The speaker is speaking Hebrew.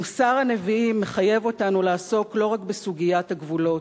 מוסר הנביאים מחייב אותנו לעסוק לא רק בסוגיית הגבולות,